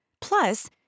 Plus